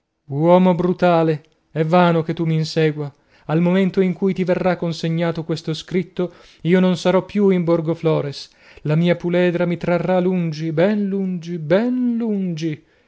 uomo brutale è vano che tu mi insegua al momento in cui ti verrà consegnato questo scritto io non sarò più in borgoflores la mia puledra mi trarrà lungi ben lungi ben lungi